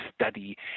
study